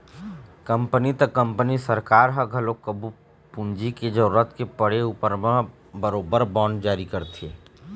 company त company सरकार ह घलोक कभू पूंजी के जरुरत के पड़े उपर म बरोबर बांड जारी करथे